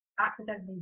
accidentally